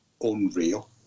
unreal